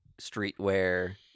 streetwear